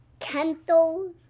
Kento's